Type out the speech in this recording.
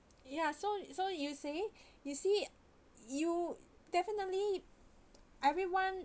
ya so so you see you see you definitely everyone